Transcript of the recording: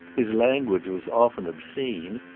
his language was often obscene,